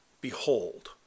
behold